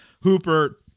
Hooper